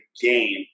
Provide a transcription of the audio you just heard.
game